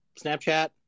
Snapchat